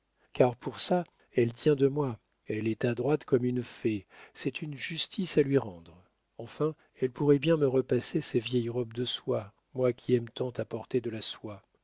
car pour ça elle tient de moi elle est adroite comme une fée c'est une justice à lui rendre enfin elle pourrait bien me repasser ses vieilles robes de soie moi qu'aime tant à porter de la soie